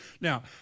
Now